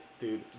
dude